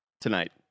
tonight